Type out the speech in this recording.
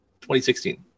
2016